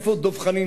איפה דב חנין,